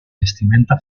vestimenta